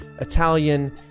Italian